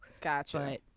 gotcha